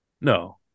No